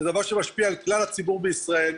זה דבר שמשפיע על כלל הציבור בישראל,